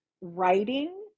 writing